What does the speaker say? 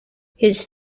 his